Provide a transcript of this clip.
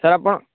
sir ଆପଣ